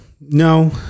no